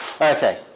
Okay